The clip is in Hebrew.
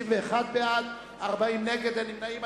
אין נמנעים.